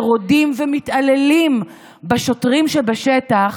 שרודים ומתעללים בשוטרים שבשטח